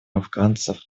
афганцев